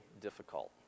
difficult